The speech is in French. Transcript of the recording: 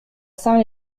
saint